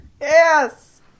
Yes